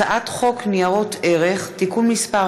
הצעת חוק ניירות ערך (תיקון מס'